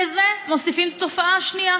לזה מוסיפים תופעה שנייה: